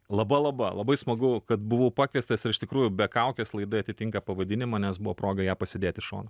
laba laba labai smagu kad buvau pakviestas ir iš tikrųjų be kaukės laida atitinka pavadinimą nes buvo proga ją pasidėt į šoną